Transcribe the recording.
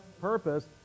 purpose